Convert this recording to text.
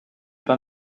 pas